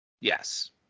yes